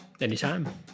Anytime